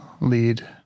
lead